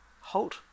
Halt